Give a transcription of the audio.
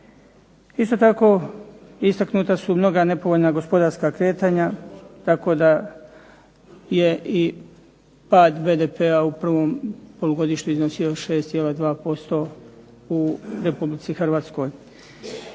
Isto tako, istaknuta su mnoga nepovoljna gospodarska kretanja tako da je i pad BDP-a u prvom polugodištu iznosio 6,2% u Republici Hrvatskoj.